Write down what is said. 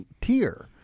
tier